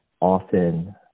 Often